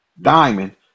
Diamond